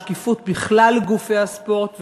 השקיפות בכלל גופי הספורט,